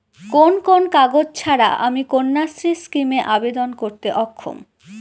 কোন কোন কাগজ ছাড়া আমি কন্যাশ্রী স্কিমে আবেদন করতে অক্ষম?